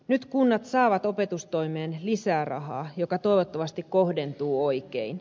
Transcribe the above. nyt kunnat saavat opetustoimeen lisää rahaa joka toivottavasti kohdentuu oikein